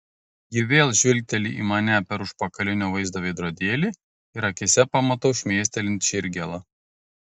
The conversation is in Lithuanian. ji vėl žvilgteli į mane per užpakalinio vaizdo veidrodėlį ir akyse pamatau šmėstelint širdgėlą